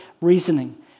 reasoning